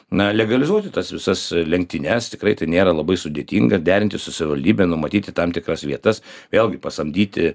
na legalizuoti tas visas lenktynes tikrai tai nėra labai sudėtinga derinti su savivaldybe numatyti tam tikras vietas vėlgi pasamdyti